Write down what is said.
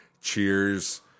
Cheers